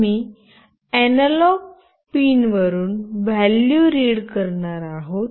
आम्ही अॅनालॉग पिनवरुन value read करणार आहोत